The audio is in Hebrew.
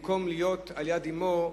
במקום להיות על-יד אמו,